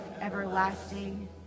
everlasting